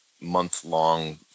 month-long